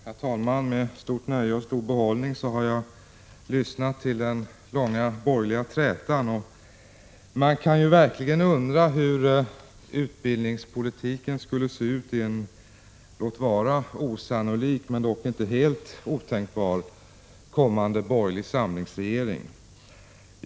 Herr talman! Med stort nöje och stor behållning har jag lyssnat till den långa borgerliga trätan. Man kan verkligen undra hur utbildningspolitiken skulle se ut i en, låt vara osannolik men dock inte helt otänkbar kommande borgerlig samlingsregering.